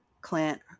Clint